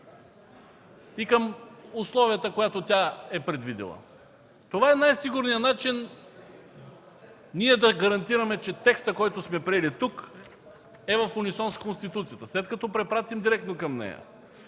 и към условията, която тя е предвидила? Това е най-сигурният начин да гарантираме, че текстът, който сме приели тук, е в унисон с Конституцията, след като препратим директно към нея.